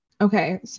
okay